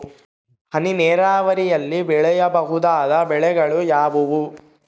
ಹನಿ ನೇರಾವರಿಯಲ್ಲಿ ಬೆಳೆಯಬಹುದಾದ ಬೆಳೆಗಳು ಯಾವುವು?